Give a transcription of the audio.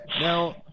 Now